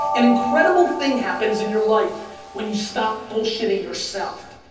an incredible thing happens in your life when you stop bullshitting yourself.